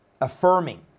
affirming